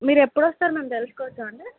మీరు ఎప్పుడొస్తారు మేం తెలుసుకోవచ్చా అండి